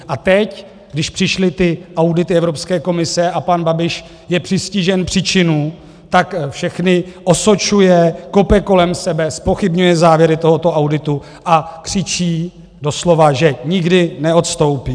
A teď, když přišly ty audity Evropské komise a pan Babiš je přistižen při činu, tak všechny osočuje, kope kolem sebe, zpochybňuje závěry tohoto auditu a křičí doslova, že nikdy neodstoupí.